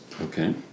Okay